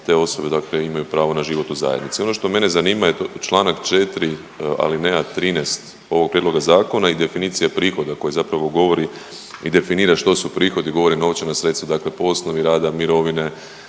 te osobe dakle imaju pravo na život u zajednici. Ono što mene zanima je Članak 4. alineja 13. ovog prijedloga zakona i definicija prihoda koji zapravo govori i definira što su prihodi, govori novčana sredstva dakle po osnovi rada, mirovine,